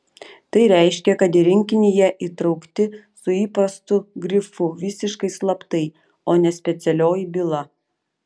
tai reiškė kad į rinkinį jie įtraukti su įprastu grifu visiškai slaptai o ne specialioji byla